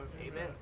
Amen